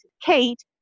Kate